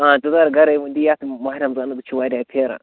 آ ژٕ بیٚہہ گرے وُنہِ یتھ ماہِ رمضانُک چھُ وارِیاہ پھیران